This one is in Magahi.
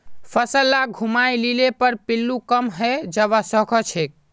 फसल लाक घूमाय लिले पर पिल्लू कम हैं जबा सखछेक